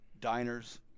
diners